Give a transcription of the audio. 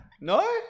No